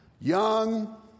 Young